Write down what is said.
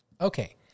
Okay